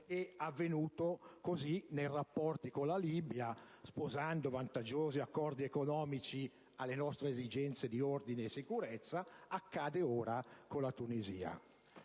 è avvenuto così nei rapporti con la Libia, sposando vantaggiosi accordi economici alle nostre esigenze di ordine e sicurezza; accade ora con la Tunisia.